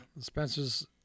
Spencers